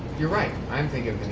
you're right. i am thinking